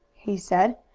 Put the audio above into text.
he said.